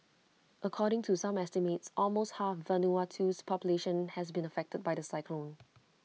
according to some estimates almost half Vanuatu's population has been affected by the cyclone